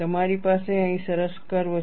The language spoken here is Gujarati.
તમારી પાસે અહીં સરસ કર્વ છે